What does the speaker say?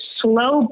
slow